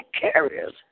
carriers